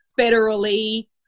federally